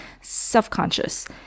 self-conscious